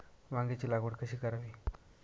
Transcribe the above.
वांग्यांची लागवड कशी करावी?